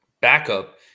backup